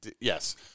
Yes